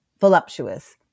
voluptuous